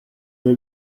veux